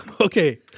Okay